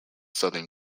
southern